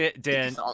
Dan